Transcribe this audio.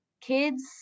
kids